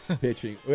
pitching